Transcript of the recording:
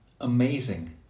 Amazing